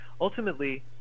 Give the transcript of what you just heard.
ultimately